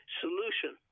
solution